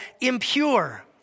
impure